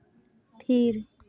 ᱛᱷᱤᱨ